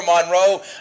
Monroe